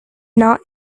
not